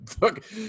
look